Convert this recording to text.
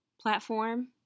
platform